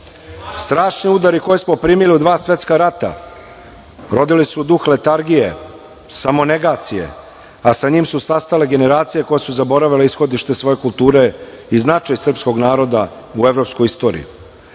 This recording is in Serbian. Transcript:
udari koje smo primili u dva svetska rata rodili su duh letargije, samonegacije, a sa njim su stasale generacije koje su zaboravile ishodište svoje kulture i značaj srpskog naroda u evropskoj istoriji. Naročito